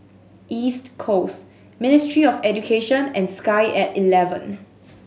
East Coast Ministry of Education and Sky At Eleven